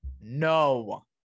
no